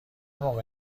موقع